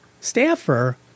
staffer